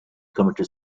committed